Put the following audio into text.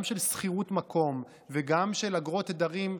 גם של שכירות מקום וגם של אגרות תדרים,